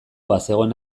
bazegoen